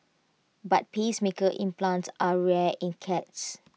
but pacemaker implants are rare in cats